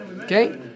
Okay